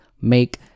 make